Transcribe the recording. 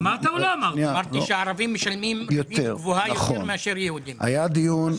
אמרתי שהערבים משלמים ריבית גבוהה יותר מאשר משלמים היהודים.